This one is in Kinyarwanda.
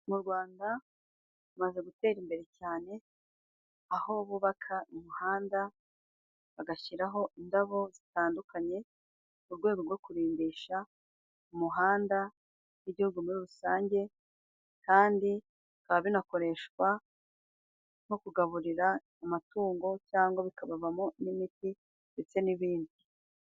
Mu Rwanda rumaze gutera imbere cyane aho bubaka imihanda bagashyiraho indabo zitandukanye mu rwego rwo kurimbisha umuhanda w'igihugu muri rusange kandi bikaba binakoreshwa nko kugaburira amatungo cyangwa bikabavamo n'imiti ndetse n'ibindi.